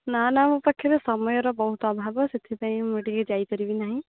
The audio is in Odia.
ନା ନା ମୋ ପାଖରେ ସମୟର ବହୁତ ଅଭାବ ସେଥିପାଇଁ ମୁଁ ଟିକିଏ ଯାଇପାରିବି ନାହିଁ